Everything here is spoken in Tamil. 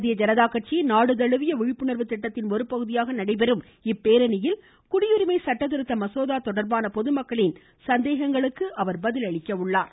பாரதிய ஜனதா கட்சியின் நாடுதழுவிய விழிப்புணர்வு திட்டத்தின் ஒருபகுதியாக நடைபெறும் இப்பேரணியில் குடியுரிமை சட்டதிருத்த மசோதா தொடர்பான பொதுமக்களின் சந்தேகங்களுக்கு அவர் பதிலளிக்கிறார்